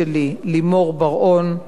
לימור בר-און,